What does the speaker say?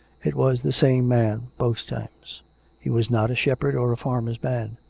it was the same man both times he was not a shepherd or a farmer's man.